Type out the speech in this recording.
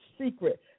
secret